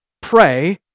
pray